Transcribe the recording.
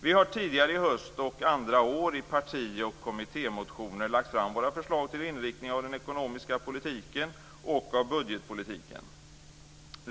Vi har tidigare i höst och andra år i parti och kommittémotioner lagt fram våra förslag till inriktning av den ekonomiska politiken och av budgetpolitiken.